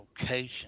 location